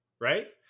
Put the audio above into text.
right